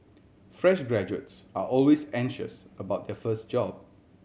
fresh graduates are always anxious about their first job